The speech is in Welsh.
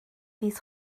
fis